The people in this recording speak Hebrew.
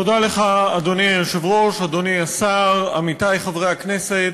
תודה לך, אדוני השר, עמיתי חברי הכנסת,